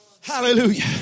Hallelujah